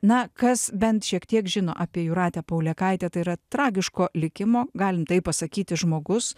na kas bent šiek tiek žino apie jūratę paulėkaitę tai yra tragiško likimo galim taip pasakyti žmogus